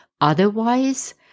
Otherwise